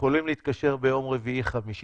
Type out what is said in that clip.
ביום רביעי, חמישי?